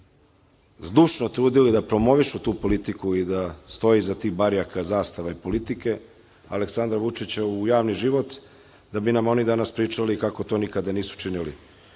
zdušno trudili da promovišu tu politiku da stoje iza tih barjaka i tih zastava, politike Aleksandra Vučića, u javni život da bi nam oni danas pričali kako to nikada nisu činili. Samo